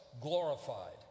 glorified